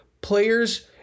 Players